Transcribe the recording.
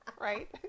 Right